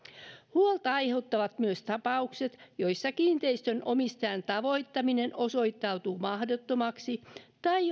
huolta aiheuttavat myös tapaukset joissa kiinteistönomistajan tavoittaminen osoittautuu mahdottomaksi tai